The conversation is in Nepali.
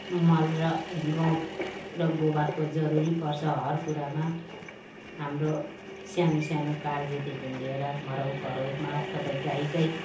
मल र ए गहुँत र गोबरको जरुरी पर्छ हर कुरामा हाम्रो सानो सानो कार्यदेखि लिएर मराउ पराउमा सबै गाईकै